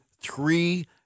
three